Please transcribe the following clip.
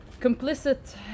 complicit